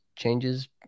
changes